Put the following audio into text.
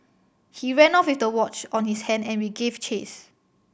he ran off with the watch on his hand and we gave chase